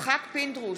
יצחק פינדרוס,